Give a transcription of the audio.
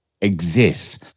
exist